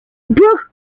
brook